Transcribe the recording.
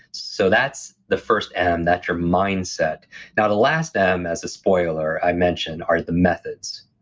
so that's the first m, that's your mindset now, the last m as a spoiler, i mentioned, are the methods.